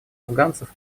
афганцев